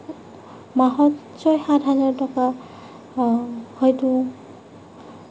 মাহত ছয় সাত হাজাৰ টকা হয়তো